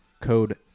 code